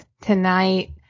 tonight